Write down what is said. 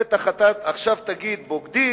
בטח תגיד עכשיו בוגדים,